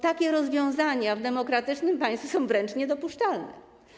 Takie rozwiązania w demokratycznym państwie są wręcz niedopuszczalne.